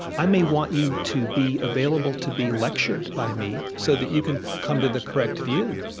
i may want you to be available to be lectured by me so that you can come to the correct view.